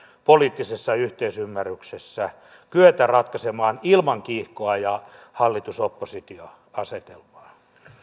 poliittisessa yhteisymmärryksessä kyetä ratkaisemaan ilman kiihkoa ja hallitus oppositio asetelmaa